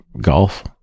golf